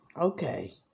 okay